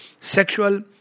sexual